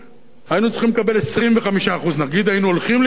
היינו צריכים לקבל 25%. נגיד שהיינו הולכים לקראתם